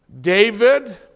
David